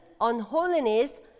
unholiness